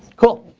cool.